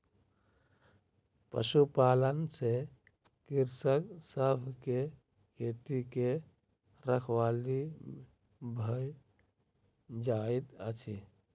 पशुपालन से कृषक सभ के खेती के रखवाली भ जाइत अछि